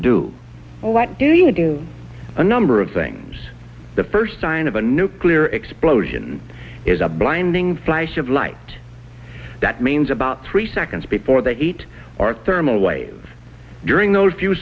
or what do you do a number of things the first sign of a nuclear explosion is a blinding flash of light that means about three seconds before the heat or thermal away of during those few